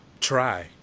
try